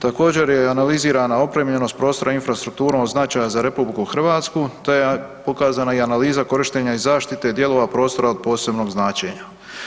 Također je i analizirana opremljenost prostora infrastrukturom od značaja za RH te je pokazana i analiza korištenja i zaštite dijelova prostora od posebnog značenja.